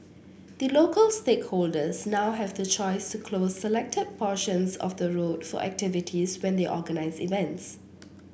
the local stakeholders now have the choice to close selected portions of the road for activities when they organise events